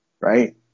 right